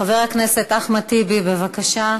חבר הכנסת אחמד טיבי, בבקשה.